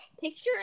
picture